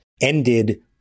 ended